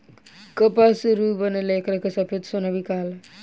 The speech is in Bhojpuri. कपास से रुई बनेला एकरा के सफ़ेद सोना भी कहाला